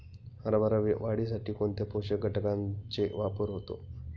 हरभरा वाढीसाठी कोणत्या पोषक घटकांचे वापर होतो?